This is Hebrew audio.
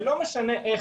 ולא משנה איך,